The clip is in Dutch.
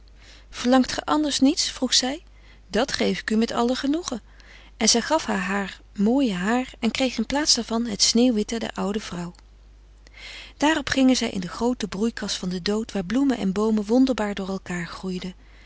verlangt ge anders niets vroeg zij dat geef ik u met alle genoegen en zij gaf haar haar mooie haar en kreeg in plaats daarvan het sneeuwwitte der oude vrouw daarop gingen zij in de groote broeikas van den dood waar bloemen en boomen wonderbaar door elkaar groeiden